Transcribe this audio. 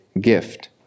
gift